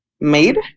made